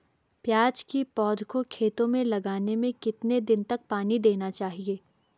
प्याज़ की पौध को खेतों में लगाने में कितने दिन तक पानी देना चाहिए?